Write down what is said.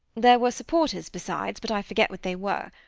there were supporters besides, but i forget what they were.